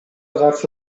каршы